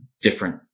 different